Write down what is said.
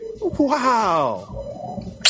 wow